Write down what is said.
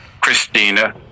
Christina